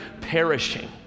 perishing